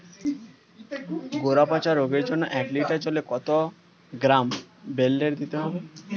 গোড়া পচা রোগের জন্য এক লিটার জলে কত গ্রাম বেল্লের দিতে হবে?